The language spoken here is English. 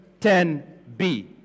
10b